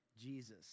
Jesus